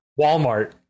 Walmart